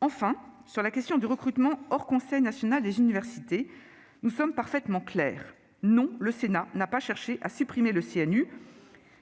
Enfin, sur la question du recrutement hors CNU, nous sommes parfaitement clairs : non, le Sénat n'a pas cherché à supprimer le CNU,